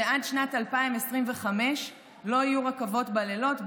שעד שנת 2025 לא יהיו רכבות בלילות,